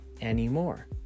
anymore